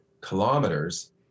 kilometers